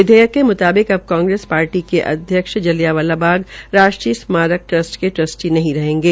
विधेयक के मुताबिक अब कांग्रेस पार्टी के अध्यक्ष जलियांवाला बाग राष्ट्रीय स्मारक ट्रस्ट के ट्रस्टी नहीं रहेंगे